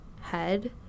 head